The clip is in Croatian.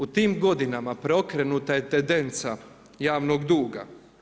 U tim godinama preokrenuta je tedenca javnog duga.